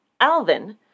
Alvin